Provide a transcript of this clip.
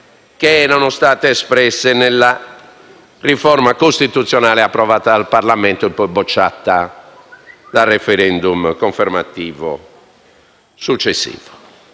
che erano state espresse nella riforma costituzionale approvata dal Parlamento e poi bocciata dal successivo *referendum* confermativo. Quindi